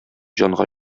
җанга